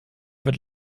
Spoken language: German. wird